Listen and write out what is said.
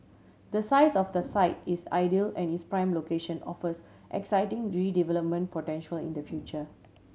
the size of the site is ideal and its prime location offers exciting redevelopment potential in the future